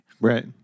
right